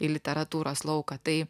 į literatūros lauką tai